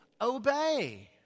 obey